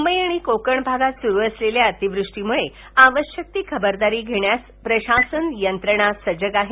मुंबई आणि कोकण भागात सुरु असलेल्या अतिवृष्टीमुळे आवश्यक ती खबरदारी घेण्यासाठी प्रशासन यंत्रणा सजग आहे